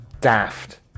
daft